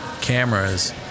cameras